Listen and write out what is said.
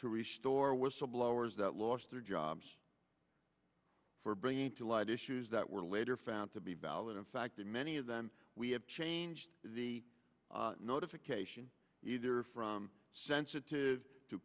to restore whistleblowers that lost their jobs for bringing to light issues that were later found to be valid in fact many of them we have changed the notification either from sensitive to